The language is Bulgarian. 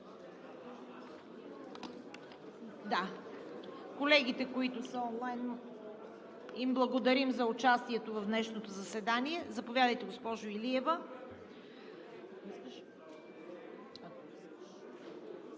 на колегите, които са онлайн, за участието им в днешното заседание. Заповядайте, госпожо Илиева.